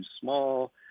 small